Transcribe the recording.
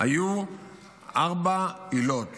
היו ארבע עילות